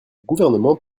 gouvernement